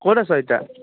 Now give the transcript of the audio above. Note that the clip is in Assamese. ক'ত আছা ইতা